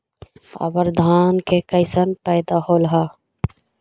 अबर धान के कैसन पैदा होल हा?